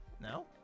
No